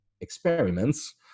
experiments